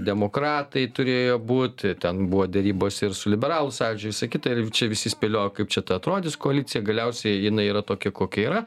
demokratai turėjo būt ten buvo derybos ir su liberalų sąjūdžiu ir visa kita ir čia visi spėliojo kaip čia ta atrodys koalicija galiausiai jinai yra tokia kokia yra